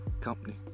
company